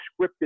scripted